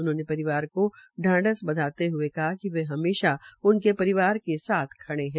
उन्होंने परिवार को ढांढस बंधाते हये कहा कि वे हमेशा उनके परिवार के साथ खड़े है